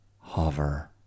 hover